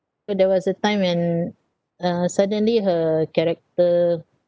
so there was a time when uh suddenly her character